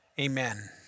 Amen